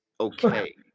Okay